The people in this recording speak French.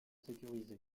sécurisée